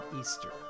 Easter